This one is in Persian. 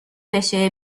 بشه